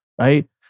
Right